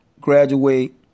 graduate